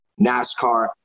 NASCAR